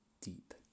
deep